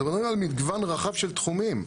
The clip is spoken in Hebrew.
מדברים על מגוון רחב של תחומים.